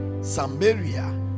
samaria